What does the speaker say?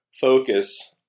focus